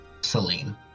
Celine